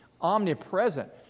omnipresent